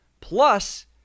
Plus